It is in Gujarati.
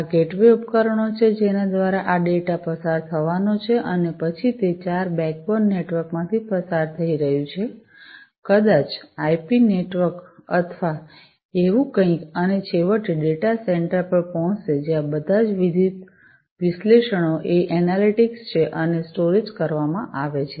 આ ગેટવે ઉપકરણો છે જેના દ્વારા આ ડેટા પસાર થવાનો છે અને પછી તે ચાર બેકબોન નેટવર્ક માંથી પસાર થઈ રહ્યું છે કદાચ આઇપી નેટવર્ક IP નેટવર્ક અથવા એવું કંઈક અને છેવટે ડેટા ડેટા સેન્ટર પર પહોંચશે જ્યાં બધા વિવિધ વિશ્લેષણો એ એનાલિટિક્સ છે અને સ્ટોરેજ કરવામાં આવે છે